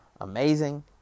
amazing